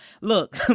look